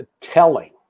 telling